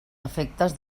efectes